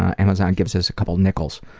amazon gives us a couple nickels,